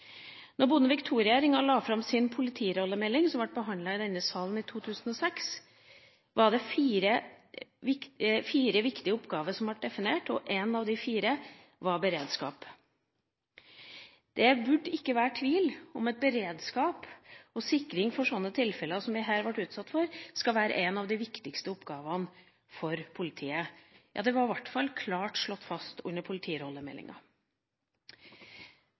Bondevik II-regjeringen la fram sin politirollemelding, som ble behandlet i denne salen i 2006, var det fire viktige oppgaver som ble definert. Én av de fire var beredskap. Det burde ikke være tvil om at beredskap og sikring for sånne tilfeller som vi her ble utsatt for, skal være en av de viktigste oppgavene for politiet. Det var i hvert fall klart slått fast i politirollemeldinga.